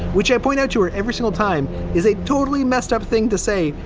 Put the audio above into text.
which i point out to her every single time, is a totally messed up thing to say.